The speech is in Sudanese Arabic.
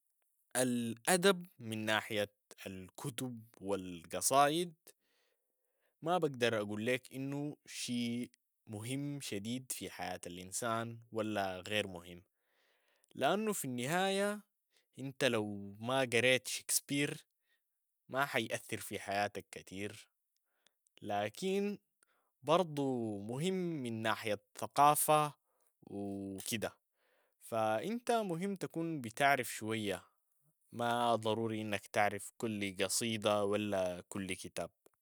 الأدب من ناحية الكتب والقصائد ما بقدر أقول لك إنو شي مهم شديد في حياة الإنسان ولا غير مهم، لأنو في النهاية إنت لو ما قريت شيكسبير ما حيأثر في حياتك كتير، لكن برضو مهم من ناحية ثقافة وكده، فإنت مهم تكون بتعرف شوية ما ضروري إنك تعرف كل قصيدة ولا كل كتاب.